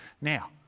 Now